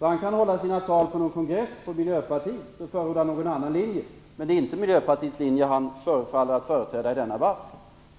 Han kan hålla sina tal på någon kongress för Miljöpartiet och företräda någon annan linje. Men det är inte Miljöpartiets linje som han förefaller att företräda i denna debatt.